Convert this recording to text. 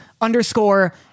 underscore